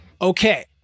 Okay